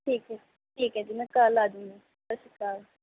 ਠੀਕ ਹੈ ਠੀਕ ਹੈ ਜੀ ਮੈਂ ਕੱਲ੍ਹ ਆ ਜਾਂਦੀ ਹਾਂ ਸਤਿ ਸ਼੍ਰੀ ਅਕਾਲ